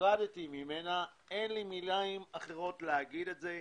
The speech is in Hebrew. נחרדתי ממנה, אין לי מילים אחרות להגיד את זה.